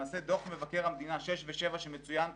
למעשה דוח מבקר המדינה 6 ו-7 שמצוין פה,